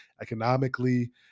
economically